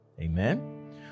Amen